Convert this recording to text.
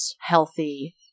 healthy